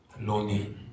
lonely